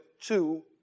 two